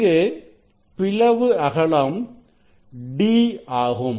இங்கு பிளவு அகலம் d ஆகும்